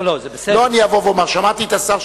לא אני אבוא ואומר: שמעתי את השר,